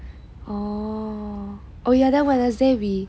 oh ya then wednesday we